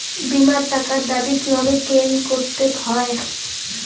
বিমার টাকার দাবি কিভাবে ক্লেইম করতে হয়?